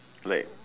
like